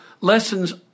lessons